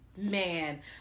Man